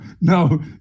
no